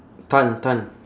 tan tan